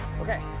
Okay